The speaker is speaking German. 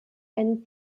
einen